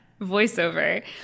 voiceover